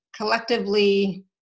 collectively